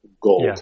gold